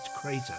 crater